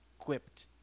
equipped